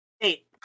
Eight